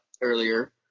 earlier